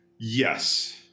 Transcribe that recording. Yes